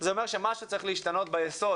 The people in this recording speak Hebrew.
זה אומר שמשהו צריך להשתנות ביסוד